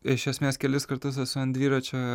iš esmės kelis kartus esu ant dviračio